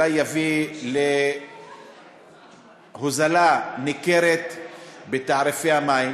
וזה אולי יביא להורדה ניכרת בתעריפי המים.